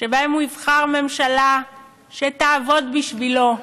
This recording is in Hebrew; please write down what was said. שבהן הוא יבחר ממשלה שתעבוד בשבילו,